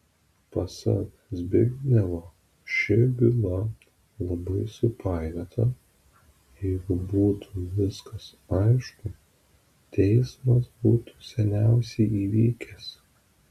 pasak zbignevo ši byla labai supainiota jeigu būtų viskas aišku teismas būtų seniausiai įvykęs